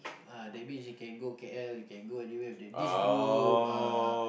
uh that means we can go k_l we can go anywhere with that this group ah